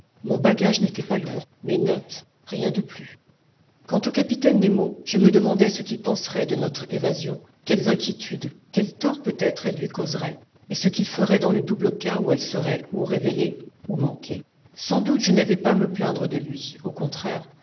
mon bagage n'était pas lourd mes notes rien de plus quant au capitaine nemo je me demandai ce qu'il penserait de notre évasion quelles inquiétudes quels torts peut-être elle lui causerait et ce qu'il ferait dans le double cas où elle serait ou révélée ou manquée sans doute je n'avais pas à me plaindre de lui au contraire